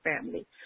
family